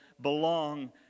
belong